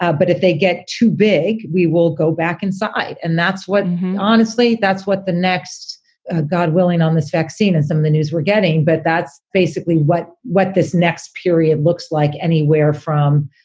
ah but if they get too big, we will go back inside. and that's what honestly, that's what the next ah god willing, on this vaccine as some of the news we're getting. but that's basically what what this next period looks like anywhere from,